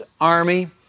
army